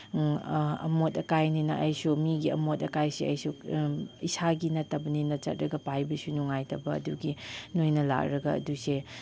ꯑꯃꯣꯠ ꯑꯀꯥꯏꯅꯤꯅ ꯑꯩꯁꯨ ꯃꯤꯒꯤ ꯑꯃꯣꯠ ꯑꯀꯥꯏꯁꯦ ꯑꯩꯁꯨ ꯏꯁꯥꯒꯤ ꯅꯠꯇꯕꯅꯤꯅ ꯆꯠꯂꯒ ꯄꯥꯏꯕꯁꯨ ꯅꯨꯡꯉꯥꯏꯇꯕ ꯑꯗꯨꯒꯤ ꯅꯣꯏꯅ ꯂꯥꯛꯂꯒ ꯑꯗꯨꯁꯦ